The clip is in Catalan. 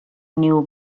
niu